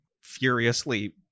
furiously